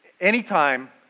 anytime